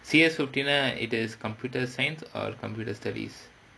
C_S is it computer science or computer studies